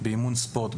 באימון ספורט,